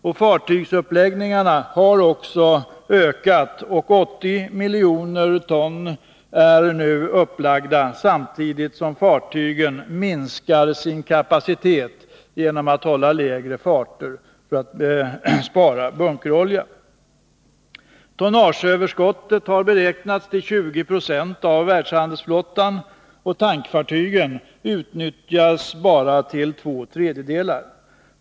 Även fartygsuppläggningarna ökar. 80 miljoner ton dw är nu upplagda, samtidigt som fartygen minskar sin kapacitet genom att hålla lägre fart för att spara bunkerolja. Tonnageöverskottet har beräknats till 20 20 av världshandelsflottan. Tankfartygen utnyttjas bara till två tredjedelar.